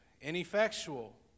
ineffectual